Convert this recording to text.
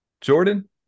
jordan